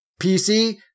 PC